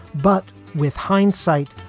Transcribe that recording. but with hindsight,